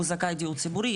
הוא זכאי דיור ציבורי,